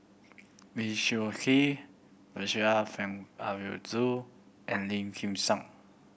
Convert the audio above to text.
Lee Choon Kee Percival Frank Aroozoo and Lim Kim San